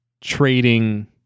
trading